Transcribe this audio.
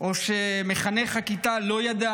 או שמחנך הכיתה לא ידע